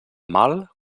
mal